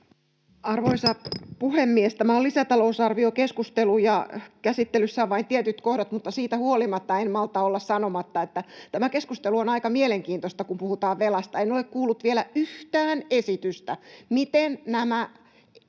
Arvoisa puhemies! Tämä on lisätalousarviokeskustelu ja käsittelyssä ovat vain tietyt kohdat, mutta siitä huolimatta en malta olla sanomatta, että tämä keskustelu on aika mielenkiintoista, kun puhutaan velasta. En ole kuullut vielä yhtään esitystä, miten